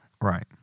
Right